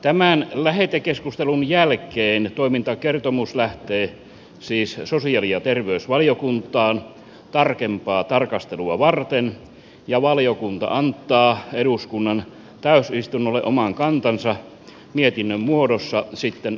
tämän lähetekeskustelun jälkeen toimintakertomus lähtee siis sosiaali ja terveysvaliokuntaan tarkempaa tarkastelua varten ja valiokunta antaa eduskunnan täysistunnolle oman kantansa mietinnön muodossa sitten aikanaan